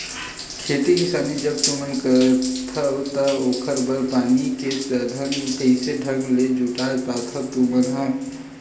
खेती किसानी जब तुमन करथव त ओखर बर पानी के साधन कइसे ढंग ले जुटा पाथो तुमन ह?